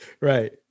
Right